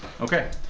Okay